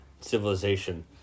civilization